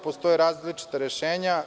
Postoje različita rešenja.